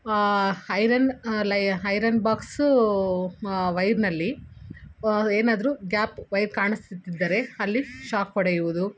iron ಹೈರನ್ box ವೈರ್ನಲ್ಲಿ ಏನಾದರೂ ಗ್ಯಾಪ್ ವೈರ್ ಕಾಣಿಸುತ್ತಿದ್ದರೆ ಅಲ್ಲಿ ಶಾಕ್ ಹೊಡೆಯುವುದು